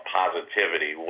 positivity